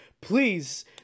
please